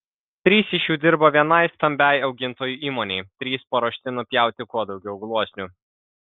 trys iš jų dirba vienai stambiai augintojų įmonei trys paruošti nupjauti kuo daugiau gluosnių